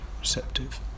receptive